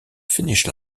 finish